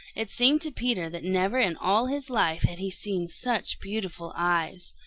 it seemed to peter that never in all his life had he seen such beautiful eyes.